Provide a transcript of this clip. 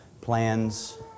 plans